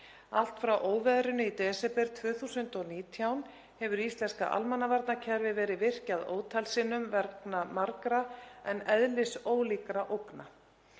Allt frá óveðrinu í desember 2019 hefur íslenska almannavarnakerfið verið virkjað ótal sinnum vegna margra en eðlisólíkra ógna.